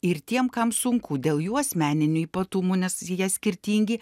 ir tiem kam sunku dėl jų asmeninių ypatumų nes jie skirtingi